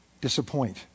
disappoint